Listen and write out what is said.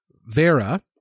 Vera